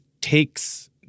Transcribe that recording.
takes